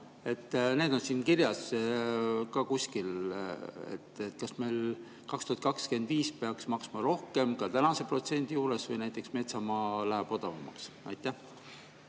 Need on siin kirjas ka kuskil. Kas me 2025 peaks maksma rohkem ka tänase protsendi juures või näiteks metsamaa läheb odavamaks? Hea